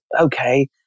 okay